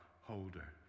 holder